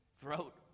throat